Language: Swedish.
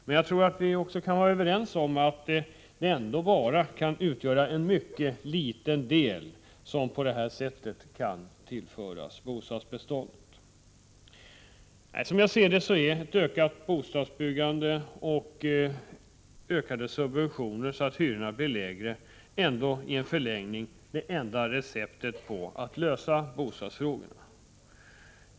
Men jag tror att vi är överens om att det ändå bara kan bli fråga om en mycket liten del som på detta sätt kan tillföras bostadsbeståndet. Som jag ser det är ett ökat bostadsbyggande och ökade subventioner så att hyrorna blir lägre i förlängningen ändå det enda receptet på att lösa bostadsfrågorna.